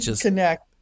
connect